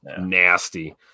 nasty